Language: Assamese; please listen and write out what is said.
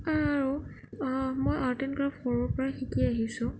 আৰু আ মই আৰ্ট এণ্ড ক্ৰাফট সৰুৰে পৰাই শিকি আহিছোঁ